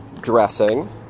dressing